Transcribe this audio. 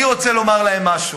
אני רוצה לומר להם משהו: